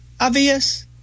obvious